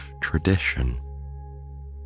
tradition